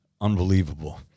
Unbelievable